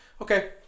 Okay